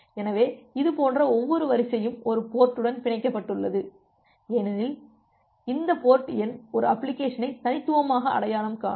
எனவே இதுபோன்ற ஒவ்வொரு வரிசையும் ஒரு போர்ட்டுடன் பிணைக்கப்பட்டுள்ளது ஏனெனில் இந்த போர்ட் எண் ஒரு அப்ளிகேஷனை தனித்துவமாக அடையாளம் காணும்